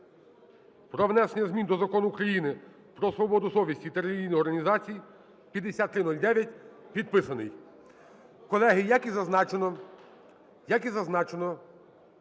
про внесення змін до Закону "Про свободу совісті та релігійні організації" (5309) підписаний. Колеги, як і зазначено,